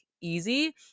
easy